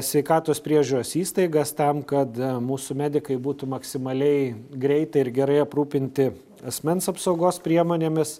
sveikatos priežiūros įstaigas tam kad mūsų medikai būtų maksimaliai greitai ir gerai aprūpinti asmens apsaugos priemonėmis